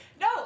No